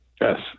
yes